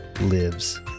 lives